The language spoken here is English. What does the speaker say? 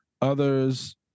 others